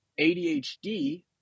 ADHD